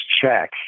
check